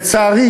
לצערי